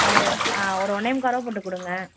ஒரு ஆ ஒரு ஒன்னே முக்காரூவா போட்டு கொடுங்க